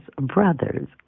brothers